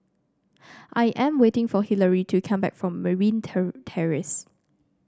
I am waiting for Hillary to come back from Merryn Terrace